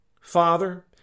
Father